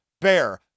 Bear